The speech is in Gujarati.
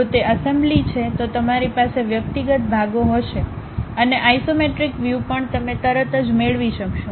જો તે એસેમ્બલી છે તો તમારી પાસે વ્યક્તિગત ભાગો હશે અને આઇસોમેટ્રિક વ્યૂ પણ તમે તરત જ મેળવી શકશો